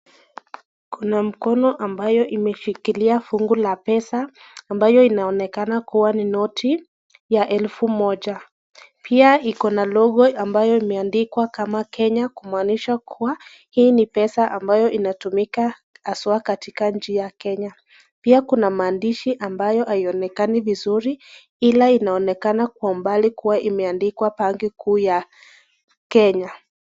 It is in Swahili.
Kuna mkono ambayo imeshikilia fungu la pesa ambayo inaonekana kuwa ni noti ya elfu moja. Pia iko na logo ambayo imeandikwa kama Kenya kumaanisha kuwa hii ni pesa ambayo inatumika haswa katika nchi ya Kenya. Pia kuna maandishi ambayo haionekani vizuri ila inaonekana kwa umbali kuwa imeandikwa benki kuu ya Kenya.